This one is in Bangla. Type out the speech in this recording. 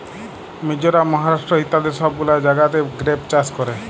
মিজরাম, মহারাষ্ট্র ইত্যাদি সব গুলা জাগাতে গ্রেপ চাষ ক্যরে